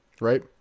Right